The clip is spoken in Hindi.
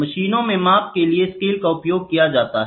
मशीनों में माप के लिए स्केल का उपयोग किया जाता है